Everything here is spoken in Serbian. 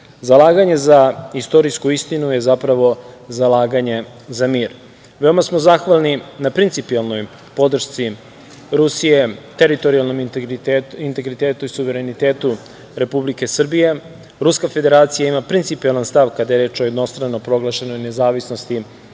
prostora. Zalaganje za istorijsku istinu je zapravo zalaganje za mir. Veoma smo zahvalni na principijelnoj podršci Rusije, teritorijalnom integritetu i suverenitetu Republike Srbije. Ruska Federacija ima principijelan stav kada je reč o jednostrano proglašenoj nezavisnosti